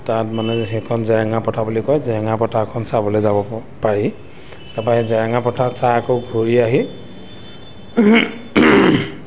তাত মানে সেইখন জেৰেঙা পথাৰ বুলি কয় জেৰেঙা পথাৰখন চাবলৈ যাব পাৰি তাৰপৰা সেই জেৰেঙা পথাৰ চাই আকৌ ঘূৰি আহি